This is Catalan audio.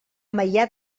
maià